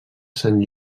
sant